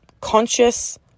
conscious